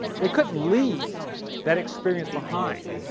they couldn't leave that experience behind.